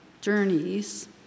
journeys